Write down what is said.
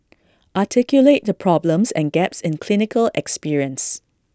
articulate the problems and gaps in clinical experience